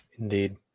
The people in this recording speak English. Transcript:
Indeed